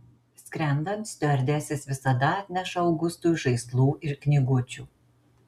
skrendant stiuardesės visada atneša augustui žaislų ir knygučių